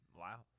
wow